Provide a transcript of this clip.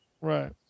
Right